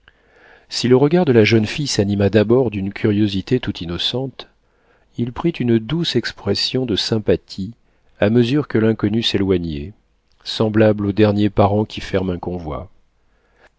si le regard de la jeune fille s'anima d'abord d'une curiosité tout innocente il prit une douce expression de sympathie à mesure que l'inconnu s'éloignait semblable au dernier parent qui ferme un convoi